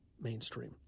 mainstream